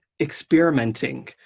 experimenting